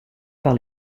par